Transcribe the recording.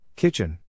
Kitchen